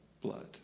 blood